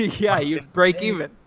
yeah, you breakeven.